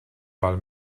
pel